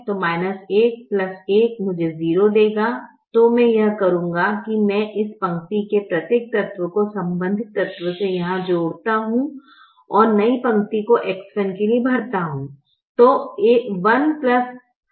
तो 1 1 मुझे 0 देगा तो मैं यह करूंगा मैं इस पंक्ति के प्रत्येक तत्व को संबंधित तत्व में यहाँ जोड़ेता हू और नई पंक्ति को X1 के लिए भरता हू